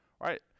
right